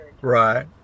Right